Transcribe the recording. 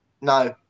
No